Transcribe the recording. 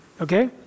okay